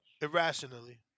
irrationally